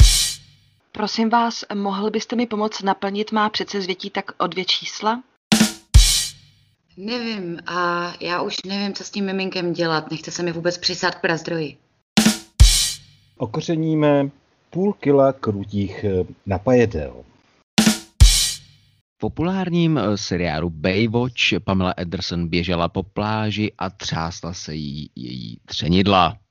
Prosím vás, mohl byste mi pomoct naplnit má přece zvětí tak o dvě čísla? Nevím, a já už nevím, co s tím miminkem dělat. Nechce se mi vůbec přisát k prazdroji. Okořeníme půl kila krutích, eh, napajedel. V populárním, eh, seriálu Baywatch Pamela Anderson běžela po pláži a třásla se jí její třenidla.